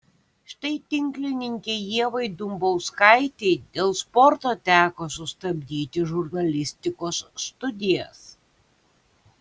štai tinklininkei ievai dumbauskaitei dėl sporto teko sustabdyti žurnalistikos studijas